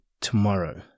tomorrow